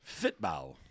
Fitball